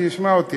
שישמע אותי,